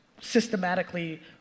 systematically